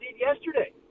yesterday